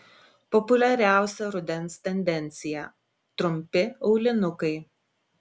populiariausia rudens tendencija trumpi aulinukai